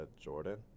Jordan